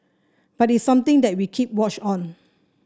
but it's something that we keep watch on